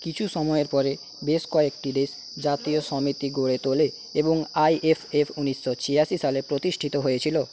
কিছু সময়ের পরে বেশ কয়েকটি দেশ জাতীয় সমিতি গড়ে তোলে এবং আইএফএফ উনিশশো ছিয়াশি সালে প্রতিষ্ঠিত হয়েছিলো